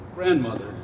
grandmother